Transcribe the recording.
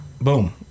Boom